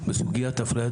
בסוגיית אפליית